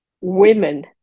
women